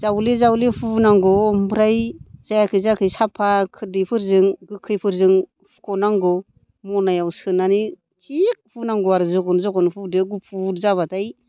जावले जावले हुनांगौ ओमफ्राय जायाखै जायाखै साबफा खोरदैफोरजों गोखैफोरजों फुख'नांगौ मनायाव सोनानै थिक हुनांगौ आरो जगल जगल हुदो गुफुर जाबाथाय